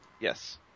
Yes